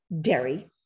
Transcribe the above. dairy